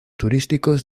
turísticos